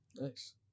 Nice